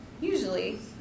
usually